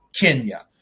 Kenya